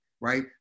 right